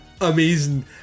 amazing